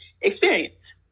experience